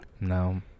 No